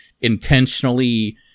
intentionally